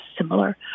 similar